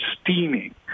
steaming